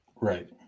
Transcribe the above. Right